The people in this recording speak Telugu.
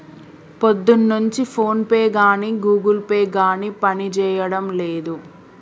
పొద్దున్నుంచి ఫోన్పే గానీ గుగుల్ పే గానీ పనిజేయడం లేదు